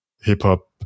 hip-hop